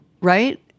right